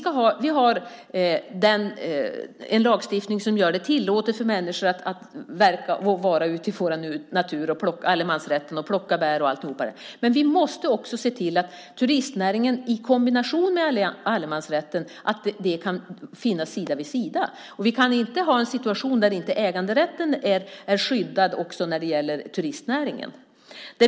Om vi har en lagstiftning som gör det tillåtet för människor att verka och vara ute i naturen, plocka bär och annat - allemansrätten - måste vi också se till att turistnäringen och allemansrätten kan finnas sida vid sida. Vi kan inte ha en situation där äganderätten inte är skyddad när det gäller turistnäringen.